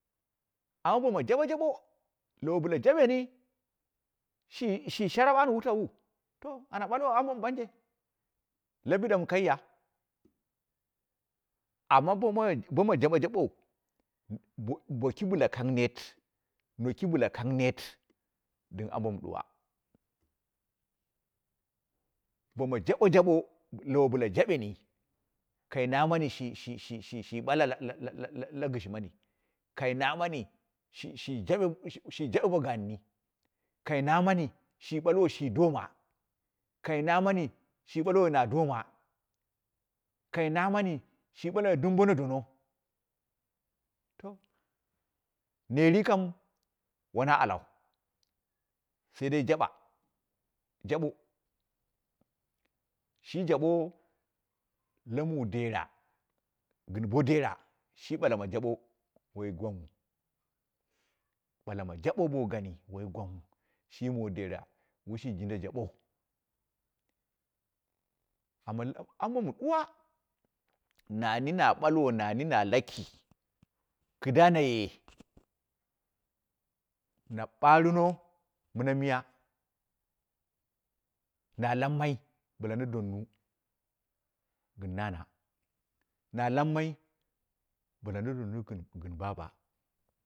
Amma boma jabo jabo, lowo bɨlu jaɓeni shi shi sharap am wutalwu to ana balwo ambo mɨ banje la bidam kaiya, amma bo mai woma jubo jabou, boki bɨla kang neet noki bɨla kang neet dim ambo mɨ duwa, boma jaɓo jaɓo lowo bɨla jabeni ka namani shi shi shi shi balu la- la- la- la gɨshi, mani, kai namani shi shi jab bo jaɓe bo gaani. kai namani shi ɓalwo shi doma, kai namani shi ɓalwo na doma, kai namani shi ɓalwo dɗm bona dono to neer yi kan wana alau, sai dai jaɓa, jaɓo. Shi jabo la muu dera, gɨn bo dere shi baka ma jabo wai gwowu, ɓalama jaɓo bo gani wai gwang wu, shi mu dera washi jinda jaɓou, amma ambo mu duwa, nani na balw nami na laki, kɨda naye, na ɓarɨno mɨna miya, na lammai bɨla na domu gɨn nana, na lammai bɨla na donu gɨnu baba.